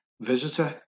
visitor